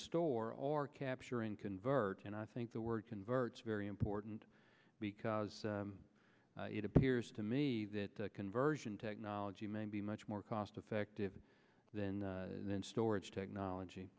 store or capture and convert and i think the word converts very important because it appears to me that conversion technology may be much more cost effective than then storage technology